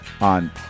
on